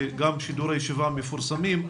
גם שידורי הישיבה מפורסמים,